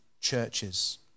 churches